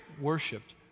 worshipped